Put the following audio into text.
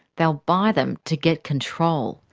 they'll buy them to get control.